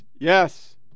Yes